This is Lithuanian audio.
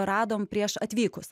radom prieš atvykus